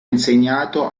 insegnato